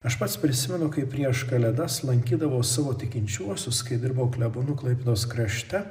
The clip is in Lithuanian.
aš pats prisimenu kaip prieš kalėdas lankydavau savo tikinčiuosius kai dirbau klebonu klaipėdos krašte